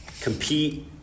compete